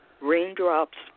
Raindrops